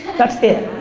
that's it.